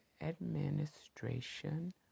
administration